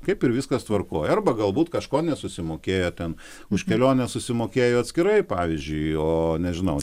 kaip ir viskas tvarkoj arba galbūt kažko nesusimokėjo ten už kelionę susimokėjo atskirai pavyzdžiui o nežinau